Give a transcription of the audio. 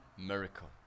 miracle